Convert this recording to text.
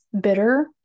Bitter